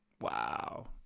Wow